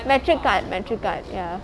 metric card metric card ya